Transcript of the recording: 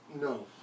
No